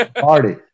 Party